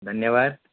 धन्यवाद